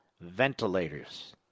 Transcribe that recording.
ventilators